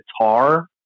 guitar